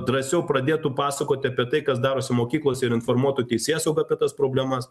drąsiau pradėtų pasakoti apie tai kas darosi mokyklose ir informuotų teisėsaugą apie tas problemas